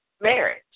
marriage